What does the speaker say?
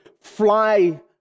fly